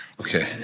Okay